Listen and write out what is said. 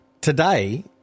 today